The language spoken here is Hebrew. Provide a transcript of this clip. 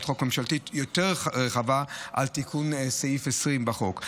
חוק ממשלתית יותר רחבה על תיקון סעיף 20 בחוק,